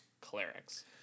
Clerics